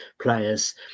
players